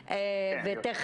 שנייה,